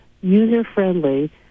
user-friendly